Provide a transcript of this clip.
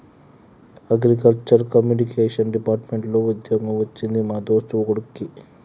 agriculture communication department లో వుద్యోగం వచ్చింది మా దోస్తు కొడిక్కి